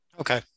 Okay